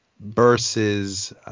versus